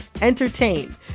entertain